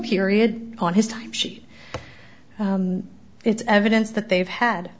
period on his time sheet it's evidence that they've had